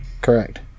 Correct